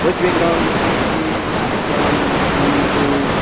West Bengal Sikkim Assam Manipur